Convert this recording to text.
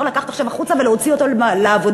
לקחת עכשיו החוצה ולהוציא אותו לעבודה,